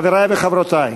חברי וחברותי,